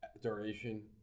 duration